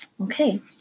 Okay